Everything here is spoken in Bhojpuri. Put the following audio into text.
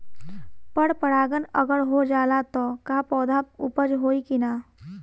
पर परागण अगर हो जाला त का पौधा उपज होई की ना?